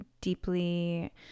deeply